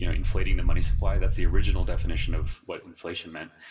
yeah inflating the money supply. that's the original definition of what inflation meant.